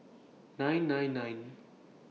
nine nine nine